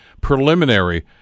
preliminary